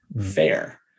fair